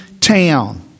town